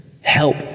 help